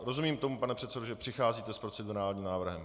Rozumím tomu, pane předsedo, že přicházíte s procedurálním návrhem?